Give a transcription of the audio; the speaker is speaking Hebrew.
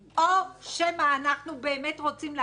או שמא אנחנו באמת רוצים לעצור,